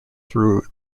through